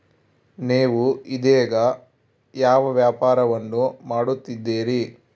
ನೇವು ಇದೇಗ ಯಾವ ವ್ಯಾಪಾರವನ್ನು ಮಾಡುತ್ತಿದ್ದೇರಿ?